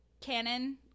canon